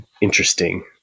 interesting